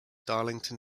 darlington